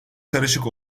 karışık